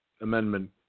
amendment